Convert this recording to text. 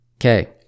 Okay